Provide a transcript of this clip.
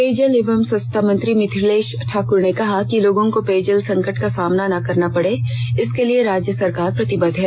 पेयजल एवं सवच्छता मंत्री मिथिलेष ठाक्र ने कहा है कि लोगों को पेयजल संकट का सामना ना करना पडे इसके लिए राज्य सरकार प्रतिबद्ध है